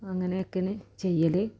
അങ്ങനെയൊക്കെയാണ് ചെയ്യല്